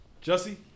Jesse